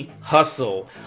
hustle